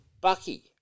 Bucky